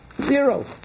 zero